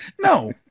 No